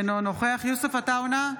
אינו נוכח יוסף עטאונה,